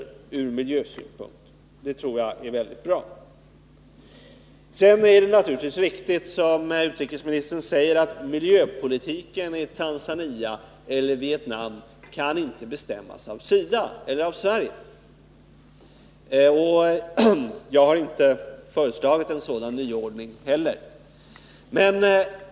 Jag tror att detta är mycket bra. Sedan är det, som utrikesministern sade, riktigt att miljöpolitiken i Tanzania eller Vietnam inte kan bestämmas av Sverige, och jag har inte heller föreslagit en sådan nyordning.